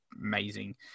Amazing